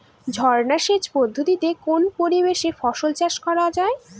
ঝর্না সেচ পদ্ধতিতে কোন পরিবেশে ফসল চাষ করা যায়?